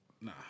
Nah